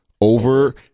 over